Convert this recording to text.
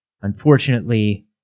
Unfortunately